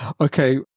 okay